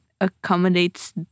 accommodates